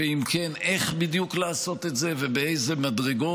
ואם כן איך בדיוק לעשות את זה ובאיזה מדרגות.